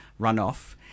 runoff